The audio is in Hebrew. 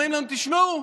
אומרים לנו: תשמעו,